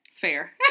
Fair